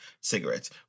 Cigarettes